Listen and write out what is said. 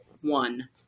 one